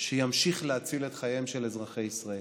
אם ימשיך להציל את חייהם של אזרחי ישראל.